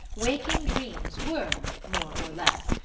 waking dreams were, more or less,